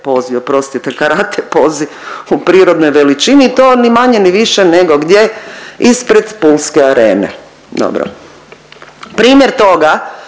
oprostite, karate pozi u prirodnoj veličini i to ni manje ni više nego gdje, ispred pulske arene, dobro. Primjer toga